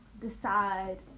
decide